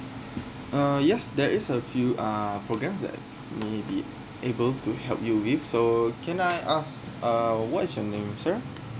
uh yes there is a few uh program that may be able to help you with so can I ask uh what is your name sir